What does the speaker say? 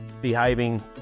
behaving